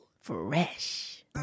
fresh